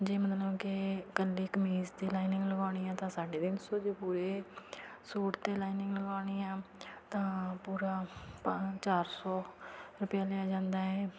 ਜੇ ਮਤਲਬ ਕਿ ਇਕੱਲੀ ਕਮੀਜ਼ 'ਤੇ ਲਾਈਨਿੰਗ ਲਵਾਉਣੀ ਆ ਤਾਂ ਸਾਡੇ ਤਿੰਨ ਸੋ ਜੇ ਪੂਰੇ ਸੂਟ 'ਤੇ ਲਾਈਨਿੰਗ ਲਵਾਉਣੀ ਆ ਤਾਂ ਪੂਰਾ ਪੰ ਚਾਰ ਸੌ ਰੁਪਇਆ ਲਿਆ ਜਾਂਦਾ ਹੈ